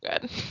good